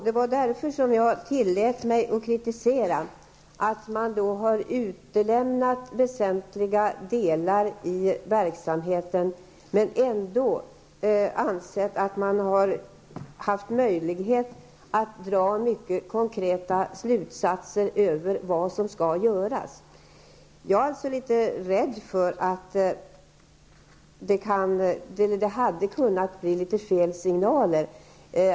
Jag har därför tillåtit mig att kritisera att man i sin genomgång utelämnat väsentliga delar i verksamheten, men ändå ansett att man har haft möjlighet att dra mycket konkreta slutsatser om vad som skall göras. Jag är rädd för att detta kan ge fel signaler.